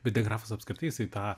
bet degrafas apskritai jisai tą